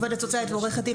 עובדת סוציאלית ועורכת דין,